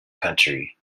country